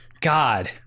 God